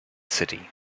city